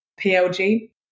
PLG